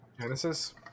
Genesis